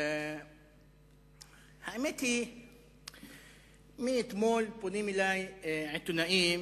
האמת היא שמאתמול פונים אלי עיתונאים